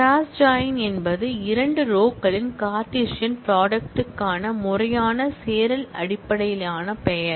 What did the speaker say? cross join என்பது இரண்டு ரோகளின் கார்ட்டீசியன் ப்ராடக்ட்க்கான முறையான சேரல் அடிப்படையிலான பெயர்